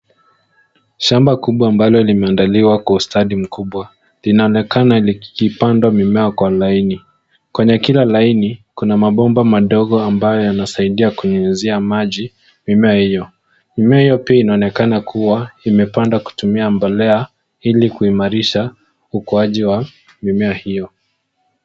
Shamba kubwa ambalo limeangaliwa kwa ustadi mkubwa linaonekana likipandwa mimea kwa laini. Kwenye kila laini kuna mabomba madogo ambayo yanasaidia kunyunyuzia maji mimea hio. Mimea hio pia inaonekana kuwa imepandwa kutumia mbolea ili kuimarisha ukuaji wa mimea hio.